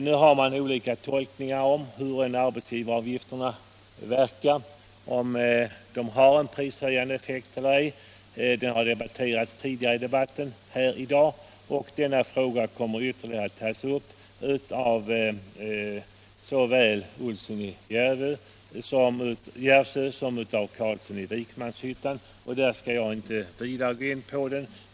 Nu finns det olika tolkningar om huruvida arbetsgivaravgifterna har en prishöjande effekt eller ej, vilket också debatterats tidigare i dag. Denna fråga kommer att ytterligare beröras såväl av herr Olsson i Järvsö som av herr Carlsson i Vikmanshyttan, och därför skall jag inte gå närmare in på den.